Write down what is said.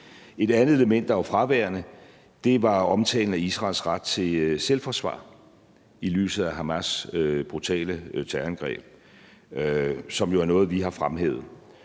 Et andet element, der var fraværende, var omtalen af Israels ret til selvforsvar i lyset af Hamas' brutale terrorangreb, som jo er noget, vi har fremhævet.